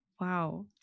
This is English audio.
Wow